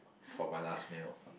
for my last meal